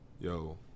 yo